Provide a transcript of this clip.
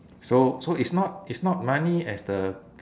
so so it's not it's not money as the